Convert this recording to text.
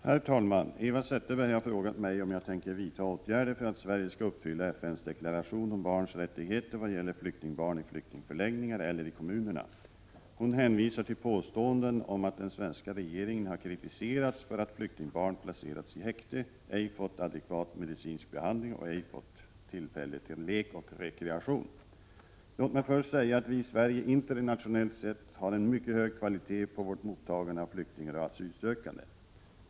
Herr talman! Eva Zetterberg har frågat mig om jag tänker vidta åtgärder för att Sverige skall uppfylla FN:s deklaration om Barns Rättigheter i vad gäller flyktingbarn i flyktingförläggningar eller i kommunerna. Hon hänvisar till påståenden om att den svenska regeringen har kritiserats för att flyktingbarn placerats i häkte, ej fått adekvat medicinsk behandling och ej fått tillfälle till lek och rekreation. Låt mig först få säga att vi i Sverige internationellt sett har en mycket hög kvalitet på vårt mottagande av flyktingar och asylsökande.